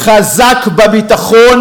"חזק בביטחון"